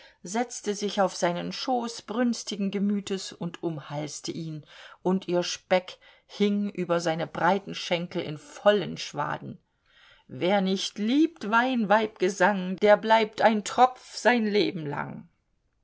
setzte sich auf seinen schoß brünstigen gemütes und umhalste ihn und ihr speck hing über seine breiten schenkel in vollen schwaden wer nicht liebt wein weib gesang der bleibt ein tropf sein leben lang